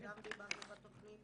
גם דיברנו בתוכנית